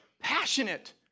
passionate